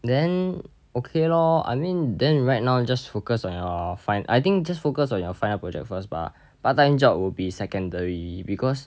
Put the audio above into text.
then okay lor I mean then right now just focus on your fin~ I think just focus on your final project first lah part time job will be secondary